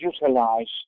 utilize